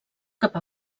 cap